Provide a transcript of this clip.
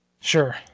sure